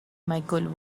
michael